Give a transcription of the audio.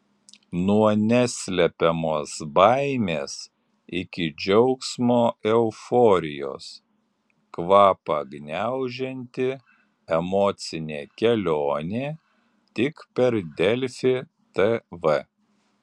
nuo neslepiamos baimės iki džiaugsmo euforijos kvapą gniaužianti emocinė kelionė tik per delfi tv